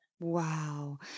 Wow